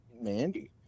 Mandy